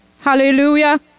Hallelujah